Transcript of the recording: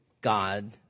God